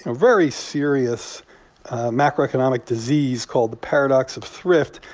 ah very serious macroeconomic disease called the paradox of thrift,